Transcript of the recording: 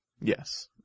Yes